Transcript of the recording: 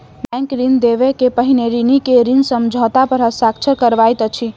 bank ऋण देबअ के पहिने ऋणी के ऋण समझौता पर हस्ताक्षर करबैत अछि